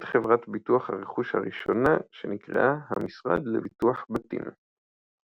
את חברת ביטוח הרכוש הראשונה שנקראה "המשרד לביטוח בתים".